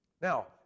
Now